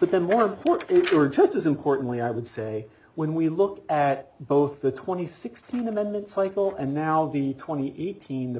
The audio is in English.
but then were what it were just as importantly i would say when we look at both the twenty sixteen amendment cycle and now the twenty eight